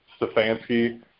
Stefanski